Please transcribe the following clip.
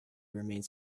remains